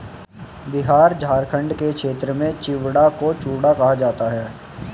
बिहार झारखंड के क्षेत्र में चिड़वा को चूड़ा कहा जाता है